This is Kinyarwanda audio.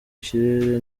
kirere